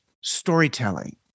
storytelling